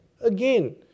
again